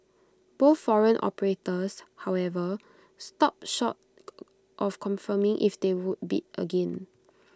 both foreign operators however stopped short of confirming if they would bid again